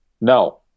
No